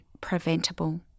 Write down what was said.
preventable